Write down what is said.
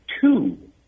two